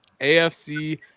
AFC